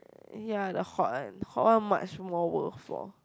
ya the hot one hot one much more worth for